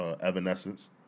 Evanescence